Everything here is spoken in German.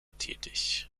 tätig